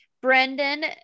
Brendan